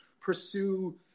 pursue